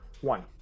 One